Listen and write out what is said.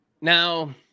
now